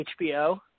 HBO